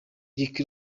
rick